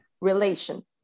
relation